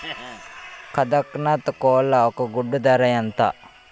కదక్నత్ కోళ్ల ఒక గుడ్డు ధర ఎంత?